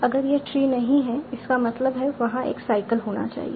अगर यह ट्री नहीं है इसका मतलब है वहां एक साइकल होना चाहिए